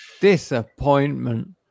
disappointment